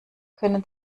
können